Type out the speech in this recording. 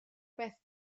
beth